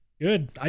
Good